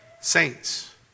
saints